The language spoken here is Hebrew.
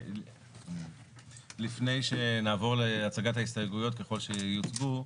לפני שנעבור להצגת ההסתייגויות ככל שיוצגו,